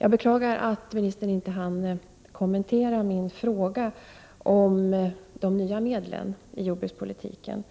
Jag beklagar att jordbruksministern inte hann kommentera min fråga om 73 de nya medlen i jordbrukspolitiken.